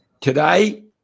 Today